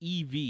EV